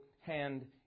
hand